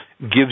gives